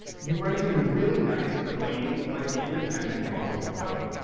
you write these really nice, clean, like independent bundles of code.